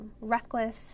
reckless